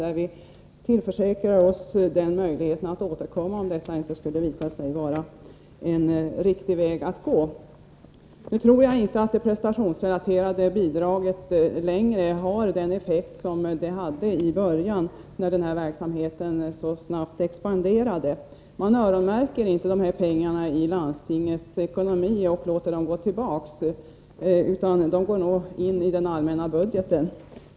Där tillförsäkrar vi oss möjligheten att återkomma, om det skulle visa sig att det här inte är rätt väg att gå. Nu tror jag inte att det prestationsrelaterade bidraget har samma effekt som i början när denna verksamhet så snabbt expanderade. Man öronmärker inte dessa pengar i landstingens ekonomi och låter dem gå tillbaka, utan de ingår nog i den allmänna budgeten.